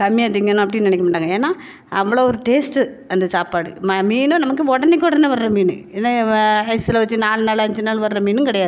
கம்மியாக திங்கணும் அப்படினு நினைக்க மாட்டாங்க ஏன்னா அவ்வளோ ஒரு டேஸ்ட்டு அந்த சாப்பாடு மா மீனும் நமக்கு உடனைக்கு உடன வர்ற மீன் ஏன்னா ஐஸில் வச்சி நாலு நாள் அஞ்சு நாள் வர்ற மீனும் கிடையாது